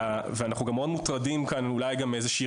ואנחנו גם מאוד מוטרדים כאן אולי מאיזשהו